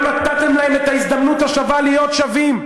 נתתם להם את ההזדמנות השווה להיות שווים,